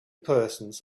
persons